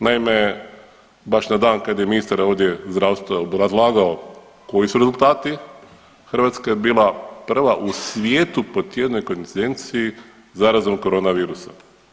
Naime, baš na dan kad je ministar ovdje zdravstva obrazlagao koji su rezultati Hrvatska je bila prva u svijetu po tjednoj koincidenciji zarazom korona virusom.